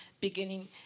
beginning